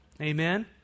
Amen